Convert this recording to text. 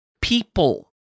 people